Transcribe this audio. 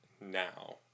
now